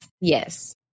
Yes